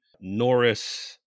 Norris